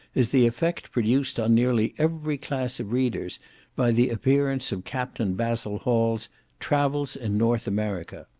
is the effect produced on nearly every class of readers by the appearance of captain basil hall's travels in north america.